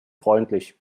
freundlich